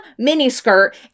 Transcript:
miniskirt